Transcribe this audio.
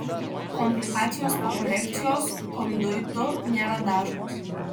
komplikacijos po korekcijos konduitu nėra dažnos